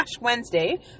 Wednesday